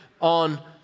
on